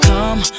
Come